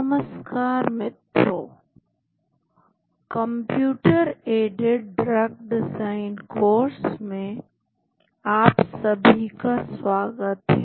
नमस्कार मित्रों computer aided drug design course में आप सभी का स्वागत है